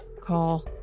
call